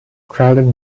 crowded